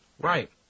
Right